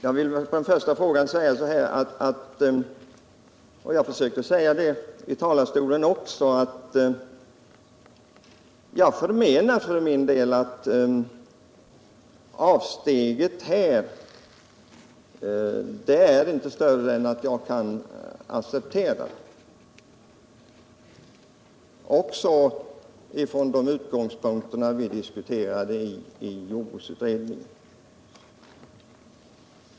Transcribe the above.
Jag vill på den första frågan svara, vilket jag försökte säga i talarstolen, att jag förmenar att avsteget inte är större än att jag kan acceptera det, även från de utgångspunkter vi diskuterade i jordbruksutredningen.